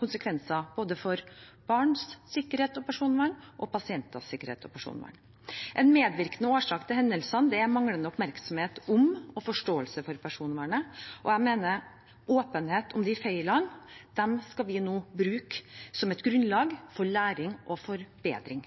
konsekvenser for både barns sikkerhet og personvern og pasienters sikkerhet og personvern. En medvirkende årsak til hendelsene er manglende oppmerksomhet om og forståelse for personvernet. Jeg mener at åpenhet om feilene skal vi nå bruke som et grunnlag for læring og forbedring.